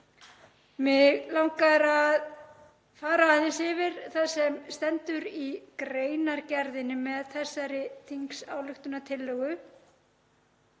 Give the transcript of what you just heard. Mig langar að fara aðeins yfir það sem stendur í greinargerðinni með þessari þingsályktunartillögu.